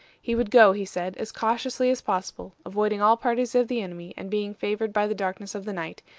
he would go, he said, as cautiously as possible, avoiding all parties of the enemy, and being favored by the darkness of the night,